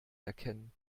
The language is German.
erkennen